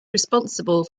responsible